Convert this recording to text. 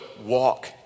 walk